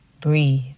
breathe